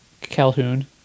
Calhoun